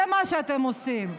זה מה שאתם עושים.